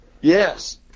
yes